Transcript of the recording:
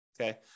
Okay